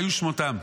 והיו שמותיהם: